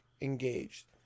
engaged